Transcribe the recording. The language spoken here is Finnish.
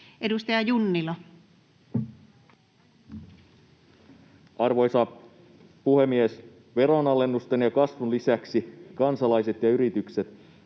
Edustaja Junnila. Arvoisa puhemies! Veronalennusten ja kasvun lisäksi kansalaiset ja yritykset